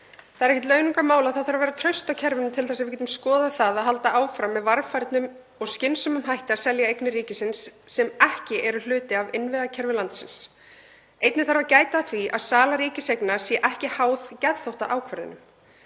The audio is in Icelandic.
Það er ekkert launungarmál að það þarf að vera traust á kerfinu til þess að við getum skoðað það að halda áfram með varfærnum og skynsamlegum hætti að selja eignir ríkisins sem ekki eru hluti af innviðakerfi landsins. Einnig þarf að gæta að því að sala ríkiseigna sé ekki háð geðþóttaákvörðunum.